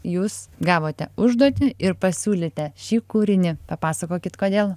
jūs gavote užduotį ir pasiūlėte šį kūrinį papasakokit kodėl